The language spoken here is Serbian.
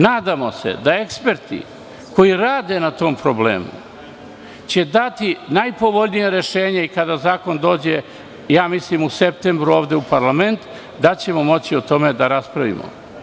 Nadamo se da će eksperti koji rade na tom problemu dati najpovoljnije rešenje i kada zakon dođe, mislim u septembru, ovde u parlament da ćemo moći o tome da raspravimo.